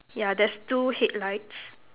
ya there's two headlights